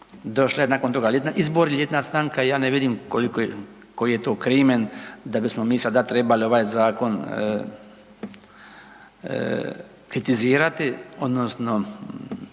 došla je na toga izbor, ljetna stanka. Ja ne vidim koji je to krimen da bismo mi sada trebali ovaj zakon kritizirati odnosno